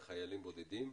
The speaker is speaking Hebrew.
(מיועד לשירות ביטחון) וחיילים בודדים.